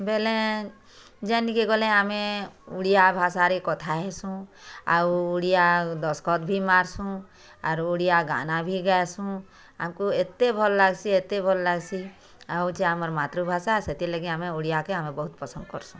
ବେଲେ ଯେନି କେ ଗଲେ ଆମେ ଓଡ଼ିଆ ଭାଷାରେ କଥା ହେସୁଁ ଆଉ ଓଡ଼ିଆ ଦସ୍ତଖତ୍ ବି ମାର୍ସୁଁ ଆରୁ ଓଡ଼ିଆ ଗାନା ବି ଗାଏସୁଁ ଆମ୍କୁ ଏତେ ଭଲ୍ ଲାଗ୍ସି ଏତେ ଭଲ୍ ଲାଗ୍ସି ଏହା ହେଉଛି ଆମର୍ ମାତୃଭାଷା ସେଥିର୍ ଲାଗି ଆମେ ଓଡ଼ିଆକେ ଆମେ ବହୁତ୍ ପସନ୍ଦ୍ କର୍ସୁଁ